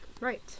Right